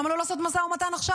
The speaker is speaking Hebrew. למה לא לעשות משא ומתן עכשיו?